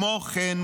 כמו כן,